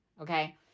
okay